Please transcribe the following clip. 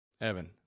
evan